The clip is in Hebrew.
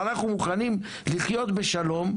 אנחנו מוכנים לחיות בשלום,